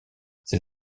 ses